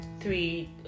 three